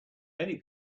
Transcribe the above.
many